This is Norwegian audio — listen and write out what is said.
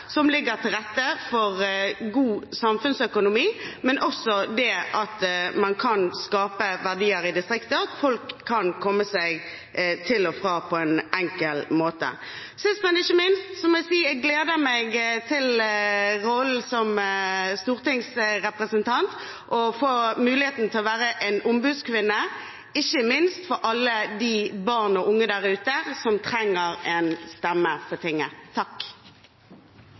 som legger til rette for god samfunnsøkonomi, men også det at man kan skape verdier i distriktet, at folk kan komme seg til og fra på en enkel måte. Sist, men ikke minst må jeg si at jeg gleder meg til rollen som stortingsrepresentant og å få muligheten til å være en ombudskvinne, ikke minst for alle de barn og unge der ute som trenger en stemme på tinget.